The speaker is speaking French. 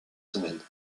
semaines